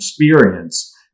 experience